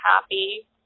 happy